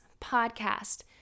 podcast